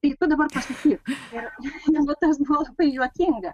tai tu dabar pasakyk ir va tas buvo labai juokinga